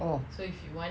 oh